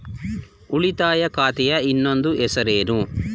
ಉಳಿತಾಯ ಖಾತೆಯ ಇನ್ನೊಂದು ಹೆಸರೇನು?